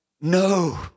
no